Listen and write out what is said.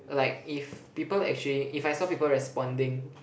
like if people actually if I saw people responding